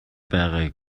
байгаа